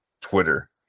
Twitter